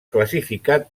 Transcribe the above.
classificat